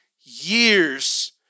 years